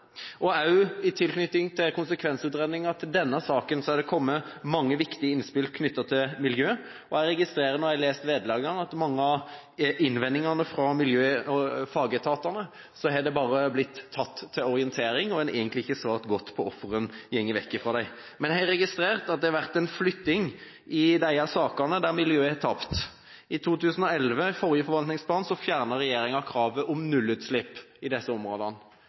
og også i tilknytning til konsekvensutredningen i denne saken har det kommet mange viktige innspill knyttet til miljø. Jeg registrerer, når jeg leser vedleggene, at mange av innvendingene fra miljø- og fagetatene bare har blitt tatt til orientering, og en har egentlig ikke svart godt på hvorfor en går vekk fra dem. Men jeg har registrert at det har vært en flytting i disse sakene, der miljøet har tapt. I 2011, ved forrige forvaltningsplan, fjernet regjeringen kravet om nullutslipp i disse områdene.